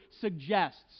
suggests